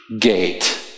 gate